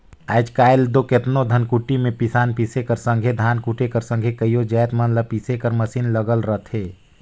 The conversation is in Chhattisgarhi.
आएज काएल दो केतनो धनकुट्टी में पिसान पीसे कर संघे धान कूटे कर संघे कइयो जाएत मन ल पीसे कर मसीन लगल रहथे